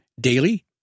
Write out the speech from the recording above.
daily